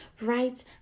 right